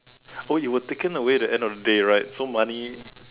oh you were taken away the end of the day right so money